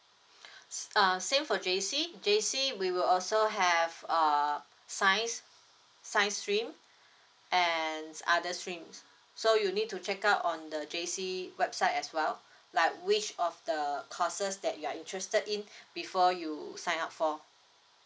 s~ uh same for J_C J_C we will also have err science science stream and other streams so you need to check out on the J_C website as well like which of the courses that you are interested in before you sign up for